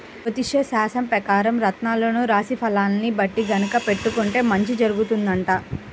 జ్యోతిష్యశాస్త్రం పెకారం రత్నాలను రాశి ఫలాల్ని బట్టి గనక పెట్టుకుంటే మంచి జరుగుతుందంట